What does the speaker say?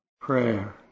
prayer